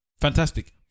fantastic